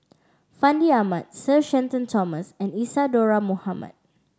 Fandi Ahmad Sir Shenton Thomas and Isadhora Mohamed